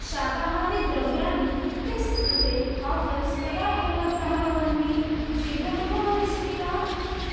शाकाहारी द्रव्याणि इत्यस्य कृते आफ़र्स् कदा उपलब्धाः भवन्ति शीघ्रमेव भविष्यति वा